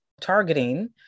targeting